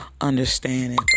understanding